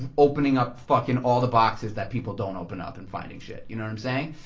um opening up fuckin' all the boxes that people don't open up and finding shit, you know what i'm saying?